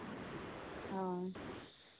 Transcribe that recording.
ᱦᱳᱭ